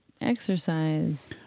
exercise